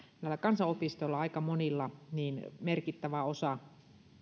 kansanopistoilla aika monilla niin merkittävä osa